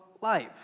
life